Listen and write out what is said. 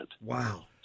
Wow